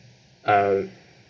um